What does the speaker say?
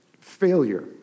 failure